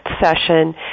session